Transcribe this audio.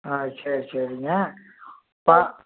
ஆ சரி சரிங்க ப